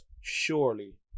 surely